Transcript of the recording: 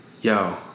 yo